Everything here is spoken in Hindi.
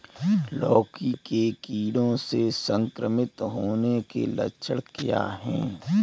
लौकी के कीड़ों से संक्रमित होने के लक्षण क्या हैं?